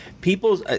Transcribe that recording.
people